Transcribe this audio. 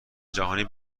جهانی